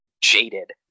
jaded